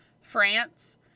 France